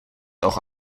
auch